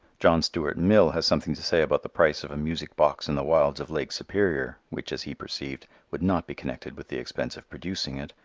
john stuart mill has something to say about the price of a music box in the wilds of lake superior, which, as he perceived, would not be connected with the expense of producing it,